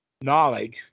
Knowledge